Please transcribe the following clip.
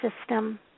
system